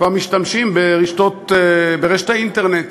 משתמש ברשת האינטרנט.